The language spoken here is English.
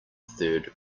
third